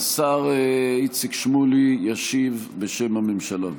השר איציק שמולי ישיב בשם הממשלה.